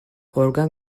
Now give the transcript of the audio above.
organ